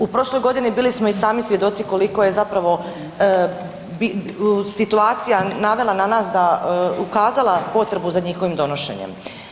U prošloj godini bili i sami svjedoci koliko je zapravo situacija navela nas da, ukazala potrebu za njihovim donošenjem.